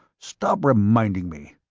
stop reminding me.